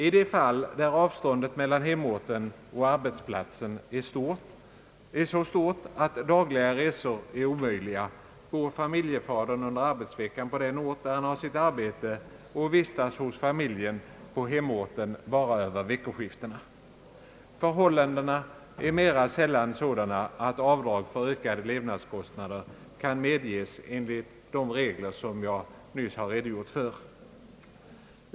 I de fall avståndet mellan hemorten och arbetsplatsen är så stort att dagliga resor är omöjliga bor familjefadern under arbetsveckan på den ort där han har sitt arbete och vistas hos familjen på hemorten bara över veckoskiftena. Förhållandena är mera sällan sådana att avdrag för ökade levnadskostnader kan medges enligt de regler som jag nyss redogjort för.